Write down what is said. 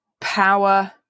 power